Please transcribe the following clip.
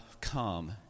come